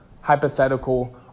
hypothetical